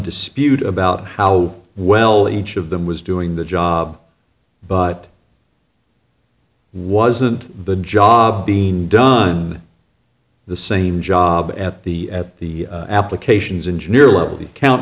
dispute about how well each of them was doing the job but wasn't the job bein done the same job at the at the applications engineer